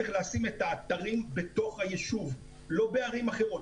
צריך לשים את האתרים בתוך הישוב ולא בערים אחרות,